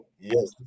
yes